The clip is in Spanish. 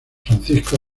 francisco